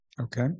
Okay